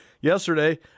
Yesterday